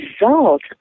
result